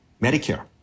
Medicare